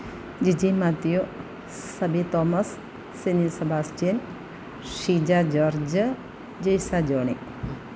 Jiji Mathew Sabi Thomas Senil Sebastian Shija George Jaisa Johnny